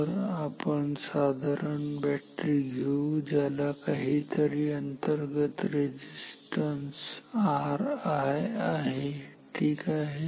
तर आपण साधारण बॅटरी घेऊ यासारखी ज्याला काही तरी अंतर्गत रेझिस्टन्स ri आहे ठीक आहे